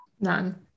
None